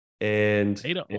And-